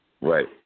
Right